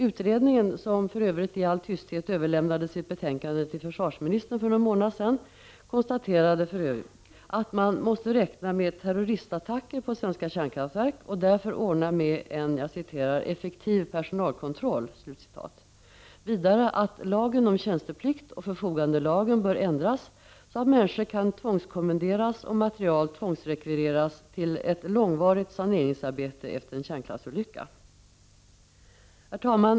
Utredningen, som för övrigt i all tysthet överlämnade sitt betänkande till försvarsministern för någon månad sedan, konstaterade att man måste räkna med terroristattacker på svenska kärnkraftverk och därför ordna med en ”effektiv personalkontroll”. Vidarc konstaterades att lagen om tjänsteplikt och förfogandelagen bör änd ras så att människor kan tvångskommenderas och material tvångsrekvireras till ett långvarigt saneringsarbete efter en kärnkraftsolycka. Herr talman!